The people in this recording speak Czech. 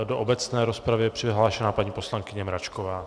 Do obecné rozpravy je přihlášena paní poslankyně Mračková.